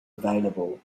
available